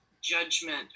judgment